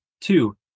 Two